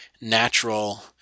natural